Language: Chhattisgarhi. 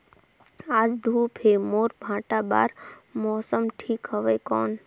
आज धूप हे मोर भांटा बार मौसम ठीक हवय कौन?